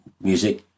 music